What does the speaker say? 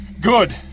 Good